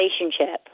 relationship